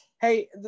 hey